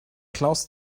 klaus